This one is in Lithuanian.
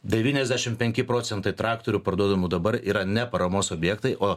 devyniasdešimt penki procentai traktorių parduodamų dabar yra ne paramos objektai o